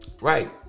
Right